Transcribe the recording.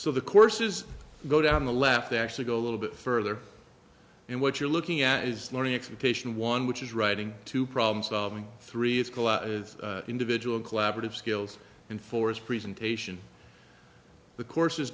so the courses go down the left actually go a little bit further and what you're looking at is learning expectation one which is writing to problem solving three is of individual collaborative skills and for its presentation the courses